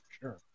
sure